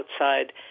outside